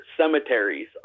cemeteries